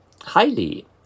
Highly